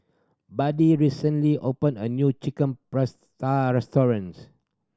Buddy recently opened a new Chicken Pasta restaurant